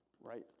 right